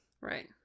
Right